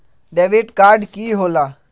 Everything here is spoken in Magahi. डेबिट काड की होला?